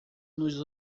nos